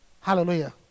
Hallelujah